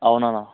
అవును అన్న